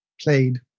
played